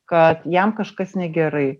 kad jam kažkas negerai